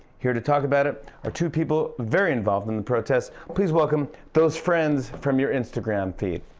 here to talk about it are two people very involved in the protests. please welcome those friends from your instagram feed.